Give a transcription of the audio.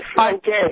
Okay